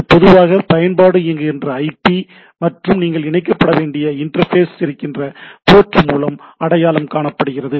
இது பொதுவாக பயன்பாடு இயங்குகிற ஐபி மற்றும் நீங்கள் இணைக்கப்பட வேண்டிய இண்டர்ஃபேஸ் இருக்கிற போர்ட் மூலம் அடையாளம் காணப்படுகிறது